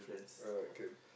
uh can